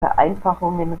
vereinfachungen